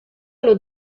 allo